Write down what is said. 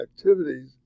activities